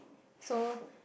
so